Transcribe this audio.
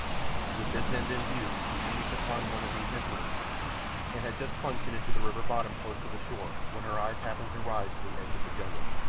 with this end in view she seized upon one of these implements and had just plunged it into the river bottom close to the shore when her eyes happened to rise to the edge of the jungle.